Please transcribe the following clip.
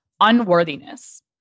unworthiness